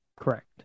Correct